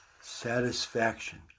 Satisfaction